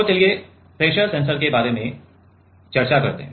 तो चलिए pressure sensor के बारे में चर्चा करते हैं